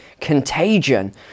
contagion